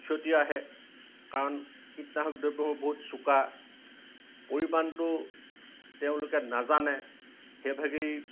ক্ষতি আহে কাৰণ কীটনাশক দ্ৰব্য়সমূহ বহুত চোকা পৰিমাণটো তেওঁলোকে নাজানে সেইভাগেই